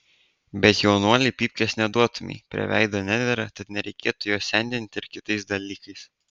bet jaunuoliui pypkės neduotumei prie veido nedera tad nereikėtų jo sendinti ir kitais dalykais